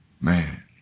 man